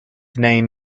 name